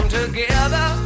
together